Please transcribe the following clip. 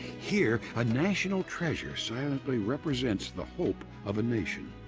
here a national treasure silently represents the hope of a nation.